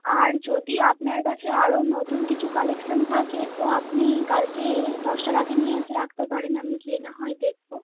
আর যদি আপনার কাছে আরও নতুন কিছু কালেকশন থাকে তো আপনি কালকে দশটার আগে নিয়ে এসে রাখতে পারেন আমি গিয়ে না হয় দেখব